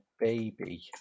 baby